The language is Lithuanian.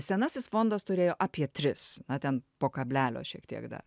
senasis fondas turėjo apie tris na ten po kablelio šiek tiek dar